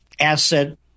asset